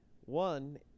One